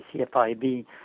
CFIB